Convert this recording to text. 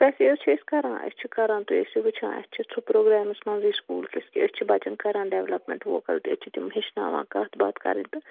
تۄہہِ سۭتۍ حظ چھِ أسۍ کَران أسۍ چھِ کَران تُہۍ ٲسِو وٕچھان اَسہِ چھُ پروگرامس منٛزٕے أسۍ چھِ بچن کَران ڈٮ۪ولاپمٮ۪نٛٹ أسۍ چھِ تِم ہیٚچھناوان کَتھ باتھ کَرٕنۍ تہٕ